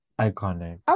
iconic